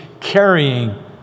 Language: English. carrying